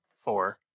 four